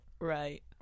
Right